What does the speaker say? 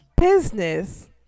business